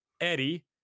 Eddie